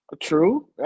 true